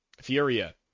Furia